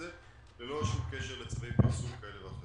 ללא שום קשר לצווי פרסום כאלה ואחרים.